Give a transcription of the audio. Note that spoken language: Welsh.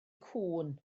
cŵn